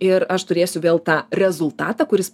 ir aš turėsiu vėl tą rezultatą kuris